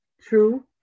True